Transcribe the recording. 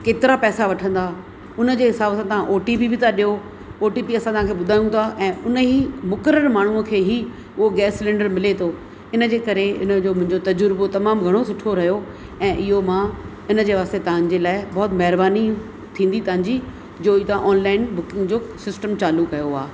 केतिरा पैसा वठंदा उन जे हिसाब सां तव्हां ओ टी पी बि था ॾियो ओ टी पी असां तव्हां खे ॿुधायूं था ऐं उन ई मुक़ररु माण्हूअ खे ई उहो गैस सिलैंडर मिले थो इन जे करे इन जो मुंहिंजो तजुर्बो तमामु घणो सुठो रहियो ऐं इहो मां इन जे वास्ते तव्हां जे लाइ बहुत महिरबानी थींदी तव्हां जी जो ई तव्हां ऑनलाइन बुकिंग जो सिस्टम चालू कयो आहे